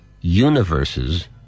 universes